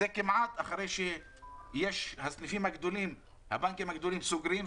אחרי שהבנקים הגדולים סוגרים,